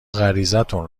غریزتون